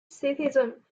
citizen